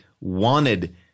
wanted